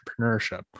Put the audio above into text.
entrepreneurship